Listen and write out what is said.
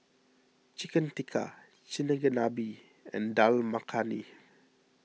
Chicken Tikka and Dal Makhani